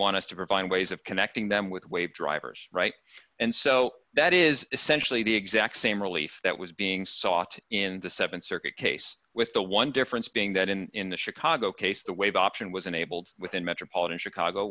want us to provide ways of connecting them with wave drivers right and so that is essentially the exact same relief that was being sought in the th circuit case with the one difference being that in the chicago case the wave option was enabled within metropolitan chicago